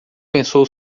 pensou